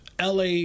LA